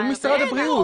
הוא משרד הבריאות.